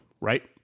right